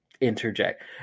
interject